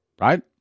right